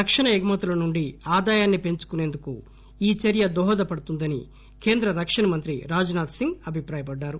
రక్షణ ఎగుమతుల నుండి ఆదాయాన్ని పెంచుకుసేందుకు ఈ చర్య దోహదపడుతుందని కేంద్ర రక్షణ మంత్రి రాజ్ నాథ్ సింగ్ అభిప్రాయపడ్డారు